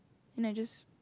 and I just